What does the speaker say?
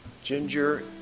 Ginger